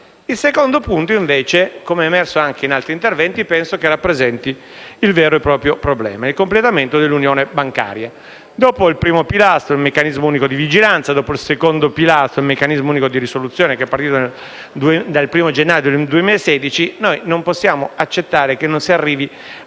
Il secondo punto, come è emerso anche in altri interventi, penso rappresenti il vero e proprio problema: il completamento dell'unione bancaria. Dopo il primo pilastro - il meccanismo unico di vigilanza - e il secondo pilastro - il meccanismo di risoluzione unico, che è partito dal 1° gennaio 2016 - non possiamo accettare che non si arrivi